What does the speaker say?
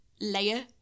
layer